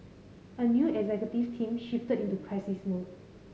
a new executive team shifted into crisis mode